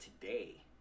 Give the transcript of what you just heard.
today